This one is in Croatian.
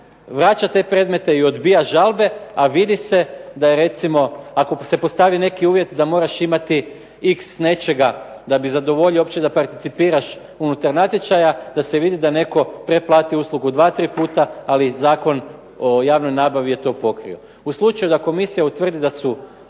vraća te predmete i odbija žalbe, a vidi se da je recimo, ako se postavi neki uvjet da moraš imati x nečega da bi zadovoljio uopće da participiraš unutar natječaja, da se vidi da je netko preplatio uslugu dva tri puta, ali Zakon o javnoj nabavi je to pokrio. U slučaju da komisija utvrdi da su